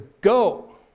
go